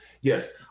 yes